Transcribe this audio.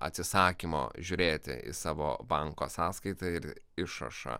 atsisakymo žiūrėti į savo banko sąskaitą ir išrašą